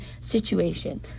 situation